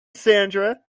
sandra